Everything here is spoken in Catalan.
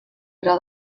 gra